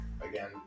Again